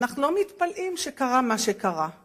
אנחנו לא מתפלאים שקרה מה שקרה.